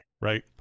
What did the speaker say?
right